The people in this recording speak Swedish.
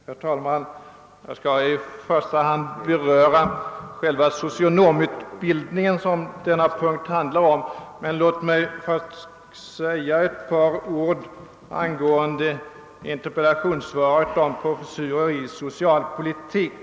Herr talman! Jag skall i första hand beröra själva socionomutbildningen, som denna punkt handlar om, men låt mig först säga några ord angående interpellationssvaret om professurer i socialpolitik.